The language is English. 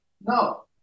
No